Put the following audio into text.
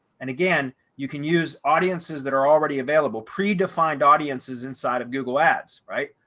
and again, you can use audiences that are already available predefined audiences inside of google ads, right?